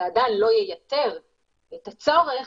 זה עדיין לא ייתר את הצורך,